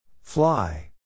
Fly